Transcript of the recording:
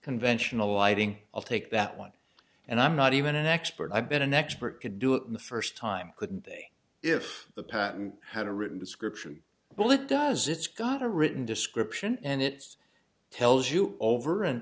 conventional lighting i'll take that one and i'm not even an expert i've been an expert could do it the first time couldn't say if the patent had a written description well it does it's got a written description and it tells you over and